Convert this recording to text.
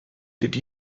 did